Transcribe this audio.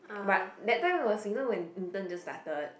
but that time was you know when intern just started